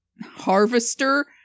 harvester